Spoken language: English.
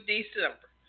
December